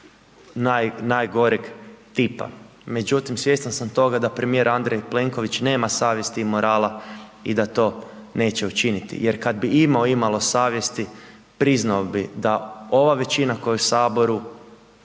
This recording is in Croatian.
najgoreg tipa. Međutim, svjestan sam toga da premijer Andrej Plenković nema savjest i morala i da to neće učiniti. Jer kada bi imao imalo savjesti priznao bi da ova većina koja je u saboru